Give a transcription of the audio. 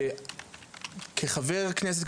כחבר כנסת,